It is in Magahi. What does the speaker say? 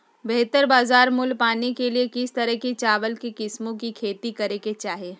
बेहतर बाजार मूल्य पाने के लिए किस तरह की चावल की किस्मों की खेती करे के चाहि?